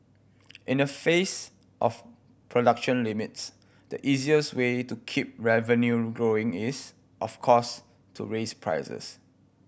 in the face of production limits the easiest way to keep revenue growing is of course to raise prices